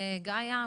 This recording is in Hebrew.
גאיה,